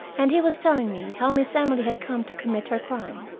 and he was telling me how miss emily had come to commit her crime.